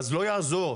לא יעזור,